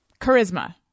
Charisma